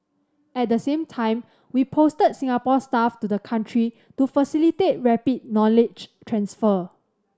at the same time we posted Singapore staff to the country to facilitate rapid knowledge transfer